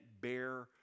bear